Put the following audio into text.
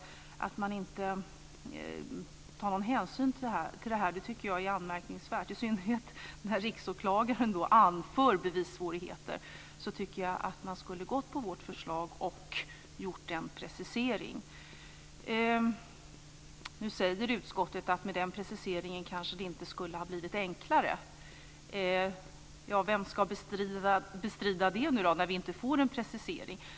Att utskottet inte tar någon hänsyn till detta tycker jag är anmärkningsvärt. I synnerhet eftersom Riksåklagaren anför bevissvårigheter tycker jag att man skulle ha stött vårt förslag och gjort en precisering. Nu säger utskottet att det kanske inte skulle ha blivit enklare med den preciseringen. Vem ska bestrida det nu när vi inte får en precisering?